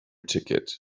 ticket